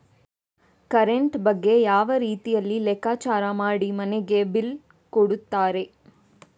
Current ಬಗ್ಗೆ ಯಾವ ರೀತಿಯಲ್ಲಿ ಲೆಕ್ಕಚಾರ ಮಾಡಿ ಮನೆಗೆ ಬಿಲ್ ಕೊಡುತ್ತಾರೆ?